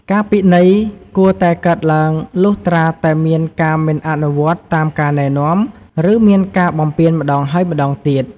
ការពិន័យគួរតែកើតឡើងលុះត្រាតែមានការមិនអនុវត្តតាមការណែនាំ ឬមានការបំពានម្តងហើយម្តងទៀត។